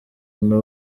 umuntu